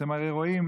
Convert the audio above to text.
אתם הרי רועים